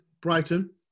Brighton